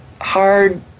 hard